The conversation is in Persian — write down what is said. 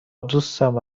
دوستم